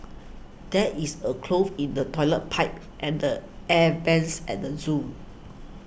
there is a clog in the Toilet Pipe and the Air Vents at the zoo